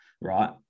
right